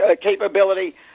capability